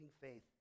faith